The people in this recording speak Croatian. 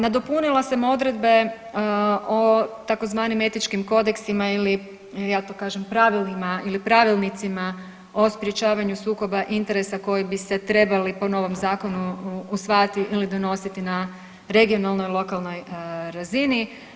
Nadopunila sam odredbe o tzv. etičkim kodeksima ili ja to kažem pravilima ili pravilnicima o sprječavanju sukoba interesa koji bi se trebali po novom zakonu usvajati ili donositi na regionalnoj i lokalnoj razini.